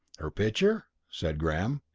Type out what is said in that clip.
her picture? said graham.